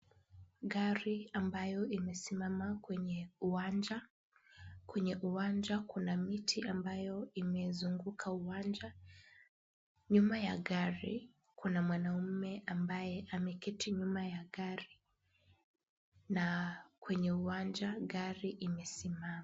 Gari ambayo imesimama kwenye uwanja. Kwenye uwanja kuna miti ambayo imezunguka uwanja. Nyuma ya gari kuna mwanamume ambaye ameketi nyuma ya gari na kwenye uwanja gari imesimama.